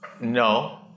No